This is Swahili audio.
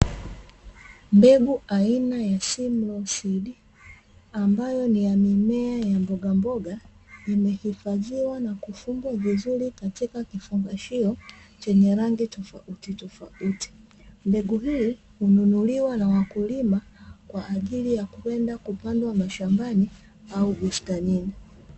Mbegu aina ya ''simlo seeds'', ambayo ni ya mimea ya mbogamboga imehifadhiwa na kufungwa vizuri katika kifungashio chenye rangi tofautitofauti, mbegu hii hununuliwa na wakulima kwa ajili ya kwenda kupandwa mashambani au bustanini.